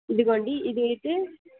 ఇదిగోండి ఇది అయితే